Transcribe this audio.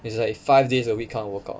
it's like five days a week kind of workout